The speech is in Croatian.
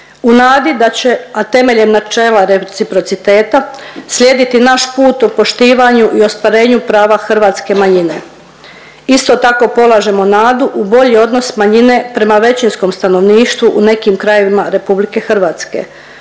u nadi da će, a temeljem načela reciprociteta slijediti naš put o poštivanju i ostvarenju prava hrvatske manjine. Isto tako polažemo nadu u bolji odnos manjine prema većinskom stanovništvu u nekim krajevima RH, ulažući